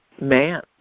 man